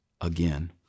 again